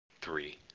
three